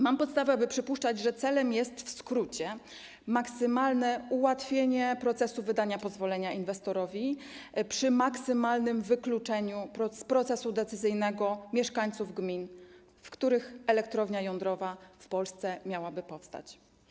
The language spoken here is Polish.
Mam podstawę, aby przypuszczać, że celem jest w skrócie maksymalne ułatwienie procesu wydania pozwolenia inwestorowi przy maksymalnym wykluczeniu z procesu decyzyjnego mieszkańców gmin, w których elektrownia jądrowa w Polsce miałaby powstać.